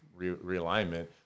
realignment